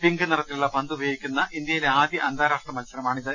pink നിറത്തിലുള്ള പന്ത് ഉപയോഗിക്കുന്ന ഇന്ത്യയിലെ ആദ്യ അന്താരാഷ്ട്ര മത്സരമാണിത്